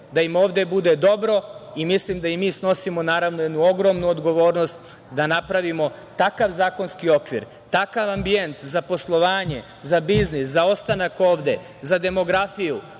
da im ovde bude dobro. Mislim da i mi snosimo, naravno, jednu ogromnu odgovornost da napravimo takav zakonski okvir, takav ambijent za poslovanje, za biznis, za ostanak ovde, za demografiju,